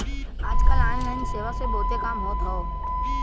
आज कल ऑनलाइन सेवा से बहुत काम होत हौ